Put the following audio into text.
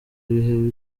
ibihe